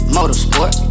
Motorsport